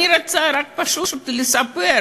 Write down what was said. אני רוצה רק פשוט לספר,